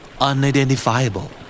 Unidentifiable